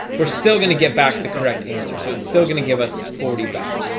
we're still going to get back the correct answer so it's still gonna give us forty back.